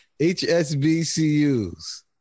HSBCUs